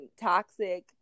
toxic